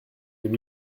deux